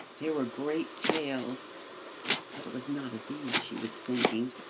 there were great tales but it was not of these she was thinking,